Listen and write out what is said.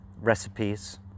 recipes